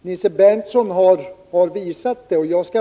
Nils Berndtson har emellertid visat hur det skall gå till.